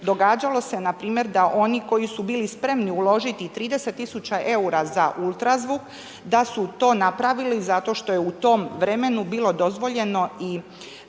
događalo se npr. da oni koji su bili spremni uložiti i 30 tisuća eura za UZV da su to napravili zato što je u tom vremenu bilo dozvoljeno i